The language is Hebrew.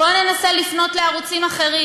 בואו ננסה לפנות לערוצים אחרים.